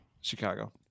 Chicago